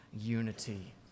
unity